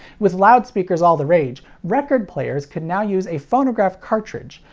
with loudspeakers all the rage, record players could now use a phonograph cartridge,